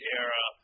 era